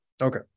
okay